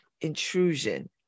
intrusion